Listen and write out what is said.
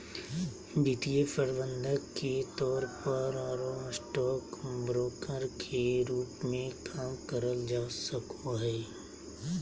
वित्तीय प्रबंधक के तौर पर आरो स्टॉक ब्रोकर के रूप मे काम करल जा सको हई